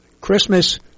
Christmas